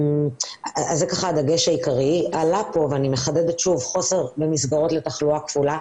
עלה כאן חוסר במסגרות לתחלואה כפולה.